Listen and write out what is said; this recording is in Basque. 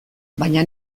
baina